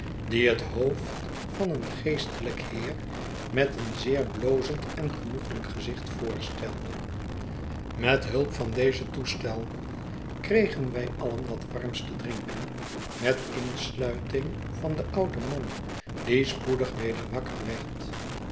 die het hoofd van een geestelijk heer met een zeer blozend en genoeglijk gezicht voorstelde met hulp van dezen toestel kregen wij alien wat warms te drinken met insluiting van den ouden man die spoedig weder wakker werd